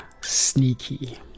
sneaky